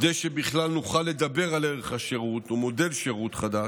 כדי שבכלל נוכל לדבר על ערך השירות ומודל שירות חדש,